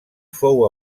fou